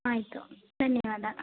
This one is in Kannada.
ಆಯಿತು ಧನ್ಯವಾದ